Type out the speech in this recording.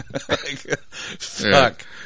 Fuck